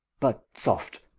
but soft,